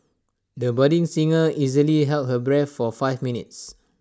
the budding singer easily held her breath for five minutes